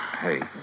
Hey